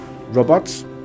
robots